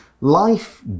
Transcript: life